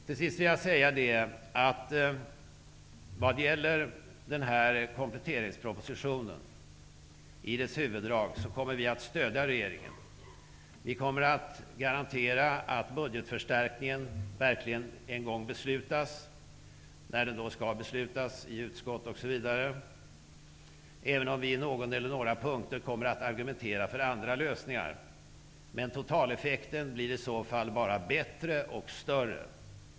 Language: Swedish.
Till sist vill jag säga att när det gäller kompletteringspropositionen i dess huvuddrag, kommer vi att stödja regeringen. Vi kommer att garantera att budgetförstärkningen verkligen en gång beslutas, när den då skall beslutas i utskott osv., även om vi på någon eller några punkter kommer att argumentera för andra lösningar. Men totaleffekten blir i så fall bara bättre och större.